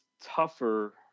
tougher